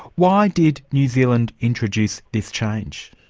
why did new zealand introduce this change?